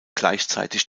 gleichzeitig